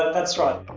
that's right